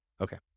Okay